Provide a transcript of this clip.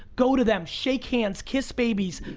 go to them, shake hands, kiss babies,